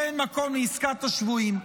שאין מקום לעסקת השבויים.